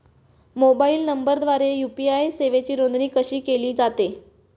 Mobile नंबरद्वारे UPI सेवेची नोंदणी कशी केली जाते?